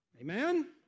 Amen